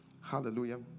Hallelujah